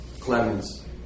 Clemens